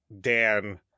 Dan